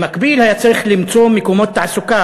במקביל היה צריך למצוא מקומות תעסוקה,